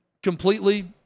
Completely